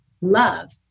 love